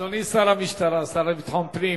אדוני שר המשטרה, השר לביטחון פנים,